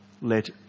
Let